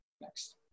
Next